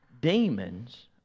Demons